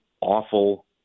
awful